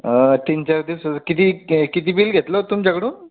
तीन चार दिवसाचं किती किती बिल घेतलं होतं तुमच्याकडून